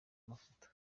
amafoto